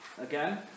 Again